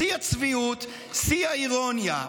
שיא הצביעות, שיא האירוניה.